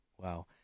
Wow